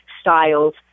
Styles